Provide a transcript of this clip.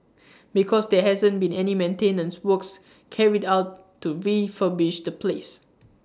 because there hasn't been any maintenance works carried out to refurbish the place